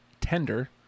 Tender